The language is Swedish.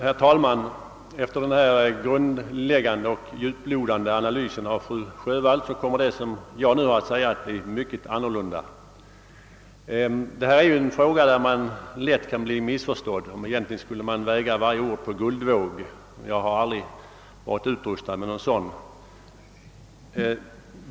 Herr talman! Efter denna grundläggande och djuplodande analys som fru Sjövall gjort kommer det som jag nu skall säga att bli mycket annorlunda. Detta är ju en fråga där man lätt kan bli missförstådd. Egentligen skulle man väga varje ord på guldvåg — jag har emellertid aldrig varit utrustad med någon sådan.